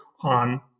on